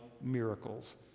miracles